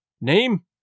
Name